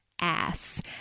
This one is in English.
ass